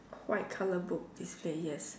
white colour book display yes